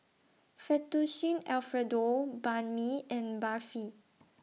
Fettuccine Alfredo Banh MI and Barfi